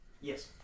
Yes